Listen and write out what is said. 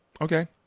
okay